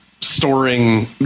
Storing